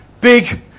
Big